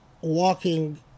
walking